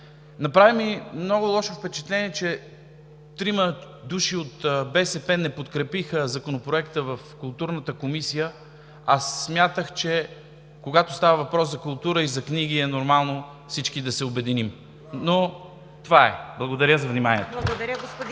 Направи ми много лошо впечатление, че трима души от БСП не подкрепиха Законопроекта в Културната комисия. Аз смятах, че, когато става въпрос за култура и за книги, е нормално всички да се обединим, но това е. Благодаря за вниманието.